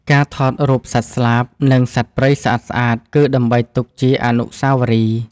ការថតរូបសត្វស្លាប និងផ្កាព្រៃស្អាតៗ គឺដើម្បីទុកជាអនុស្សាវរីយ៍។